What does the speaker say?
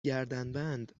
گردنبند